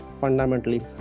fundamentally